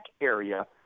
area